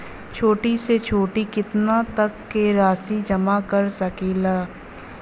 छोटी से छोटी कितना तक के राशि जमा कर सकीलाजा?